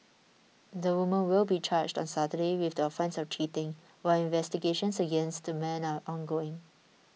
the woman will be charged on Saturday with the offence of cheating while investigations against the man are ongoing